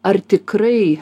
ar tikrai